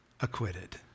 acquitted